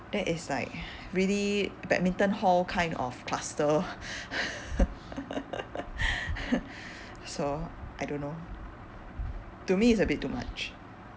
that is like really badminton hall kind of cluster so I don't know to me it's a bit too much